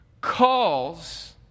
calls